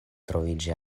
troviĝi